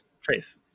Trace